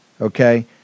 okay